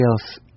else